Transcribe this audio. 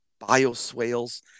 bioswales